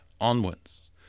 onwards